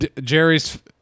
Jerry's